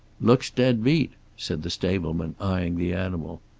looks dead beat, said the stableman, eyeing the animal.